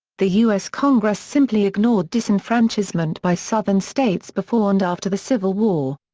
the u s. congress simply ignored disenfranchisement by southern states before and after the civil war.